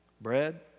Bread